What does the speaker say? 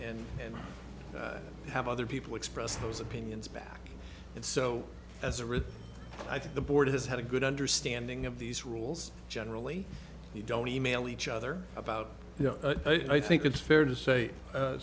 and and have other people express those opinions back and so as a river i think the board has had a good understanding of these rules generally we don't email each other about you know i think it's fair to say